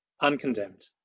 uncondemned